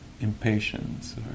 impatience